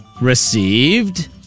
Received